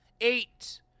eight